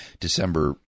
December